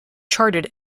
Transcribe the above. charted